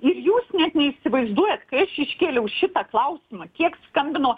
ir jūs net neįsivaizduojat kai aš iškėliau šitą klausimą kiek skambino